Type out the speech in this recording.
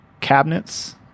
cabinets